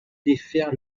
défaire